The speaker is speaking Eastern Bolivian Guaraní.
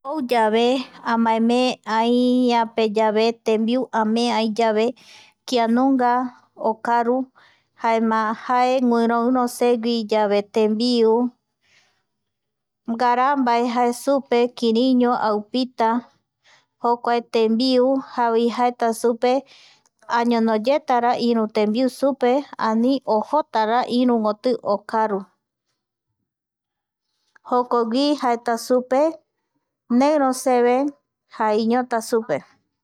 Ouyave amaemee ai yave tembiu amee ai yave kianunga okaru jaema jae guiroiro segui yave tembiu. ngaraa mbae jae supe kiripeño aupita jokuae tembiu javoi jaeta supe añonoyetara iru tembiu supe ani ojotara irukoti okaru jokogui jaeta supe neiroseve jaiñota supe